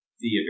theater